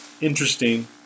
interesting